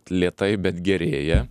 lėtai bet gerėja